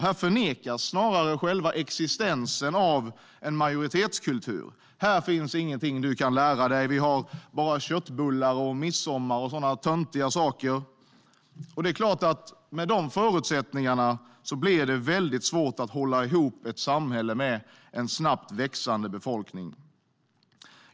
Här förnekas snarare själva existensen av en majoritetskultur: Här finns ingenting du kan lära dig - vi har bara köttbullar, midsommar och sådana töntiga saker. Med de förutsättningarna är det klart att det blir svårt att hålla ihop ett samhälle med en snabbt växande befolkning.